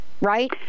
Right